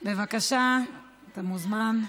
בבקשה, אתה מוזמן,